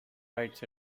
bites